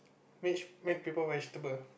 make make people vegetable